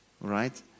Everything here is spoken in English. Right